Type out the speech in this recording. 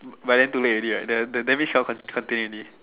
but then too late already right the the damage cannot contain already